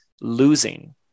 losing